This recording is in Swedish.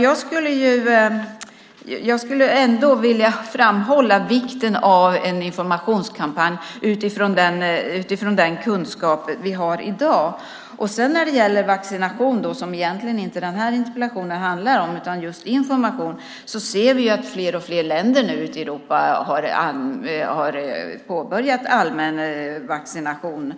Jag skulle ändå vilja framhålla vikten av en informationskampanj utifrån den kunskap vi har i dag. När det gäller vaccination, som den här interpellationen egentligen inte handlar om utan just om information, ser vi ju att fler och fler länder ute i Europa har påbörjat allmän vaccination.